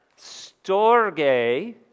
Storge